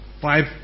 five